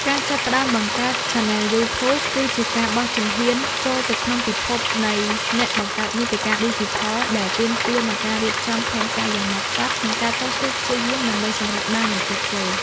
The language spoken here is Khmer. ការចាប់ផ្តើមបង្កើតឆានែលយូធូប គឺជាការបោះជំហានចូលទៅក្នុងពិភពនៃអ្នកបង្កើតមាតិកាឌីជីថល ដែលទាមទារនូវការរៀបចំផែនការយ៉ាងហ្មត់ចត់ និងការតស៊ូព្យាយាមដើម្បីសម្រេចបាននូវភាពជោគជ័យ។